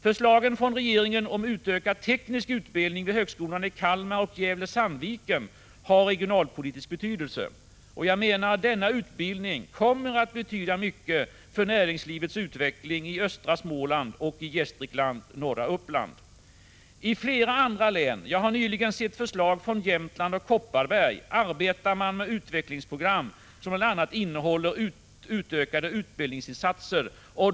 Förslagen från regeringen om utökad teknisk utbildning vid högskolorna i Kalmar och Gävle norra Uppland. I flera andra län — jag har nyligen sett förslag från Jämtland och 41 Prot. 1985/86:148 Kopparberg — arbetar man med utvecklingsprogram som bl.a. innehåller utökade utbildningsinsatser.